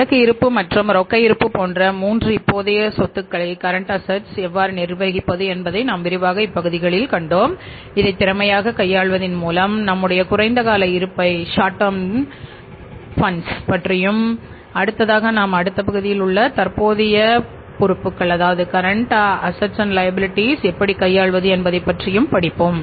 சரக்கு இருப்பு மற்றும் ரொக்க இருப்பு போன்ற மூன்று தற்போதைய சொத்துக்களை கரண்ட் அஸெட்ஸ் எப்படி கையாள்வது என்பதை பற்றி படிப்போம்